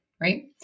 Right